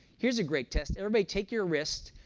here's a great test. everybody take your wrist.